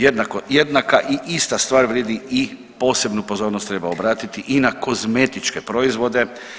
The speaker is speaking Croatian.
Jednaka i ista stvar vrijedi i posebnu pozornost treba obratiti i na kozmetičke proizvode.